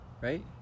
right